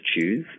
Choose